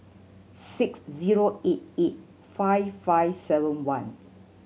six zero eight eight five five seven one